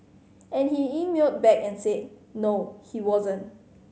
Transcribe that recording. and he emailed back and said no he wasn't